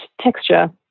texture